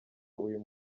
uyu